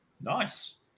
Nice